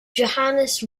johannes